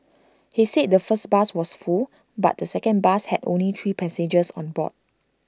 he said the first bus was full but the second bus had only three passengers on board